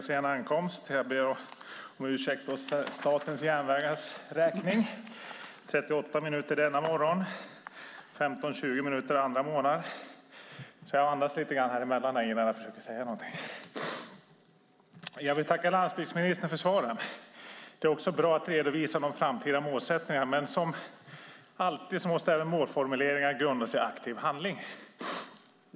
Fru talman! Jag vill tacka landsbygdsministern för svaren. Det är också bra att redovisa de framtida målsättningarna, men som alltid måste även målformuleringar grundas i aktiv handling.